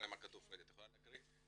פריידי תקריאי